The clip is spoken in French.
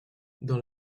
dans